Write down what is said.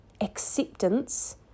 acceptance